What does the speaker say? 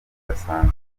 budasanzwe